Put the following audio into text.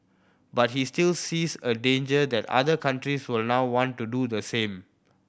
but he still sees a danger that other countries will now want to do the same